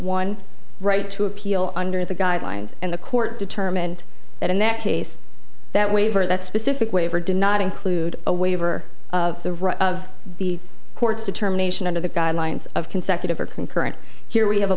one right to appeal under the guidelines and the court determined that in that case that waiver that specific waiver did not include a waiver of the right of the court's determination under the guidelines of consecutive or concurrent here we have a